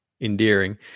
endearing